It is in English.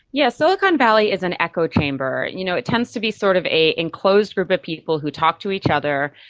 yes, silicon valley is an echo chamber. you know, it tends to be sort of an enclosed group of people who talk to each other,